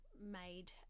made